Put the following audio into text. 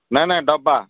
ନାଇ ନାଇ ଡ଼ବା